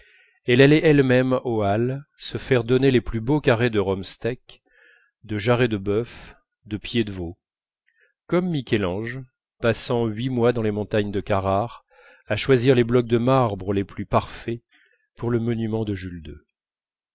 elle allait elle-même aux halles se faire donner les plus beaux carrés de romsteck de jarret de bœuf de pied de veau comme michel-ange passant huit mois dans les montagnes de carrare à choisir les blocs de marbre les plus parfaits pour le monument de jules